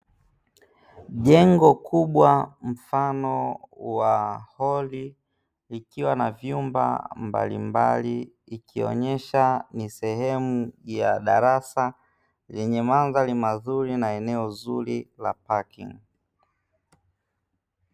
Jengo kubwa mfano wa holi likiwa na vyumba mbalimbali ikionyesha ni sehemu ya darasa lenye mandhari mazuri na eneo zuri la pakingi.